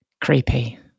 Creepy